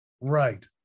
right